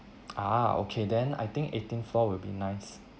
ah okay then I think eighteenth floor will be nice